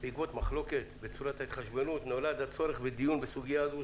בעקבות מחלוקת על צורת ההתחשבנות נולד הצורך בדיון בסוגיה זו,